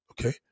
okay